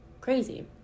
crazy